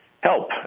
help